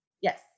Yes